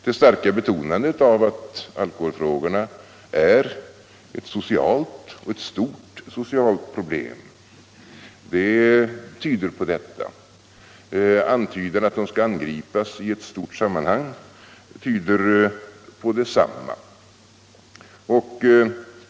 Det starka betonandet av att alkoholbruket är ett socialt problem — och ett stort socialt problem — tyder på detta. Uppgiften att det skall angripas i ett stort sammanhang tyder på detsamma.